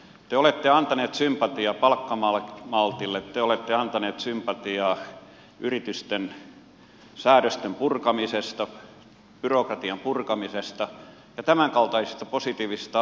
te olette antaneet sympatiaa palkkamaltille te olette antaneet sympatiaa yritysten säädösten purkamiselle byrokratian purkamiselle ja tämänkaltaisille positiivisille asioille